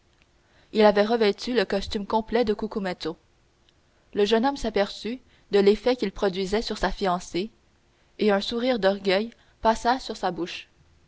il avait revêtu le costume complet de cucumetto le jeune homme s'aperçut de l'effet qu'il produisait sur sa fiancée et un sourire d'orgueil passa sur sa bouche